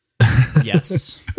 yes